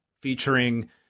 featuring